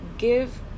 Give